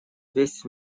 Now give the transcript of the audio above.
весь